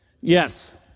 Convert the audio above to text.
Yes